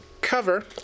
Cover